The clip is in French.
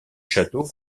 château